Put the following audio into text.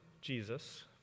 Jesus